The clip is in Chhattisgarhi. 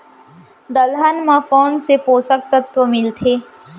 दलहन म कोन से पोसक तत्व मिलथे?